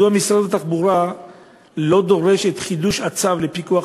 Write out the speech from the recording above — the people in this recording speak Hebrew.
מדוע משרד התחבורה לא דורש את חידוש צו הפיקוח